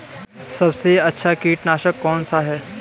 सबसे अच्छा कीटनाशक कौनसा है?